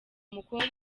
umukobwa